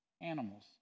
animals